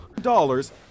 Dollars